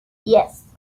yes